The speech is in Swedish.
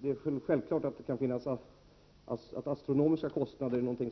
Det är självklart att de inte kan rekommenderas att godkänna astronomiska kostnader, men vid